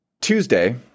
Tuesday